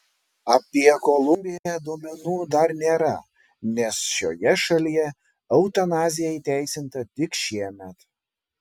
apie kolumbiją duomenų dar nėra nes šioje šalyje eutanazija įteisinta tik šiemet